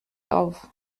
auf